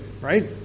Right